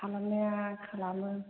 खालामनाया खालामो